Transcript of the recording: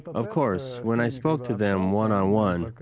of course. when i spoke to them one on one,